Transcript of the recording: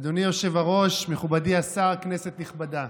אדוני היושב-ראש, מכובדי השר, כנסת נכבדה,